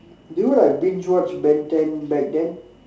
do you like binge watch Ben-ten back then